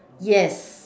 yes